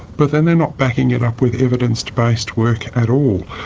but then they're not backing it up with evidence-based work at all.